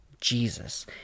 Jesus